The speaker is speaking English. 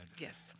Yes